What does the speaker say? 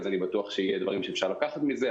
אז אני בטוח שיהיו דברים שאפשר לקחת מזה.